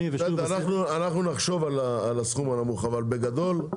אנחנו נחשוב על הסכום הנמוך, אבל בגדול,